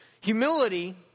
Humility